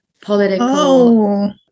political